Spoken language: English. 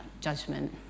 judgment